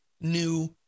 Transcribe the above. new